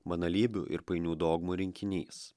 banalybių ir painių dogmų rinkinys